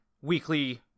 weekly